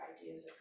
ideas